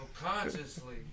consciously